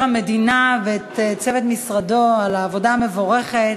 המדינה ואת צוות משרדו על העבודה המבורכת